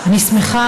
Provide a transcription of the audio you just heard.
אני שמחה,